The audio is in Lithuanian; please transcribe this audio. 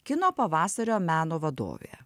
kino pavasario meno vadovė